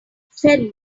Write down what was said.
fed